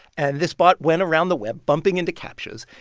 and this bot went around the web, bumping into captchas.